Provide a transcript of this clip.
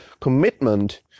commitment